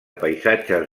paisatges